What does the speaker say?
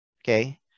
Okay